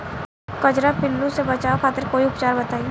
कजरा पिल्लू से बचाव खातिर कोई उपचार बताई?